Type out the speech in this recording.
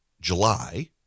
July